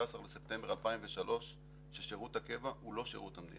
בספטמבר 2003 ששירות הקבע הוא לא שירות המדינה.